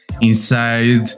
inside